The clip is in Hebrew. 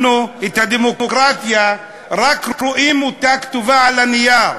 אנחנו, את הדמוקרטיה רק רואים כתובה על הנייר,